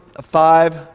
five